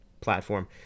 platform